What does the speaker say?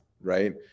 right